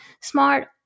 smart